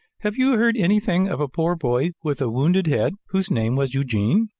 have you heard anything of a poor boy with a wounded head, whose name was eugene?